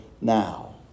now